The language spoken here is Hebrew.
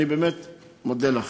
אני באמת מודה לך.